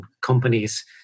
companies